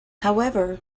however